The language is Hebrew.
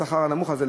בשכר הנמוך הזה.